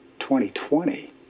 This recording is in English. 2020